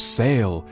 sail